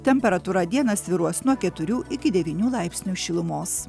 temperatūra dieną svyruos nuo keturių iki devynių laipsnių šilumos